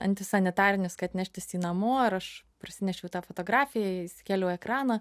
antisanitarinis kad neštis jį namo ar aš parsinešiau tą fotografiją įskėliau į ekraną